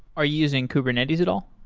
are you using kubernetes at all?